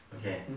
Okay